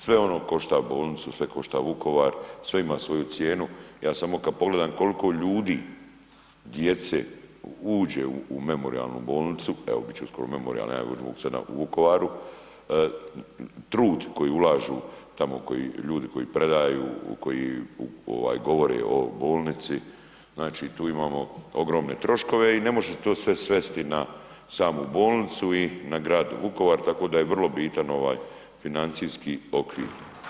Sve ono košta bolnicu, sve košta Vukovar, sve ima svoju cijenu, ja samo kada pogledam koliko ljudi, djece uđe u memorijalnu bolnicu, evo bit će skoro memorijalna, ... u Vukovaru, trud koji ulažu tamo koji ljudi koji predaju, koji ovaj govore o bolnici, znači tu imamo ogromne troškove i ne može se to sve svesti na samu bolnicu i na grad Vukovar, tako da je vrlo bitan ovaj financijski okvir.